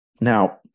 Now